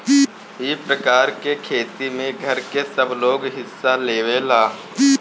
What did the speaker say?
ई प्रकार के खेती में घर के सबलोग हिस्सा लेवेला